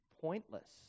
pointless